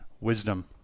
wisdom